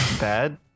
bad